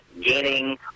gaining